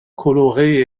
colorées